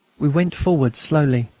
we went forward slowly.